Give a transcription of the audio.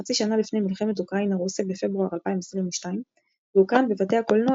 חצי שנה לפני מלחמת אוקראינה–רוסיה בפברואר 2022 והוקרן בבתי הקולנוע